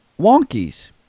Wonkies